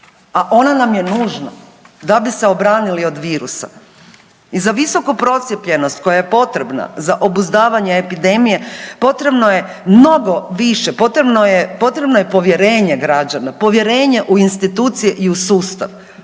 a ona nam je nužna da bi se obranili od virusa. I za visoku procijepljenost koja je potrebna za obuzdavanje epidemije potrebno je mnogo više, potrebno je, potrebno je povjerenje građana, povjerenje u institucije i u sustav.